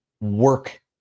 work